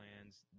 plans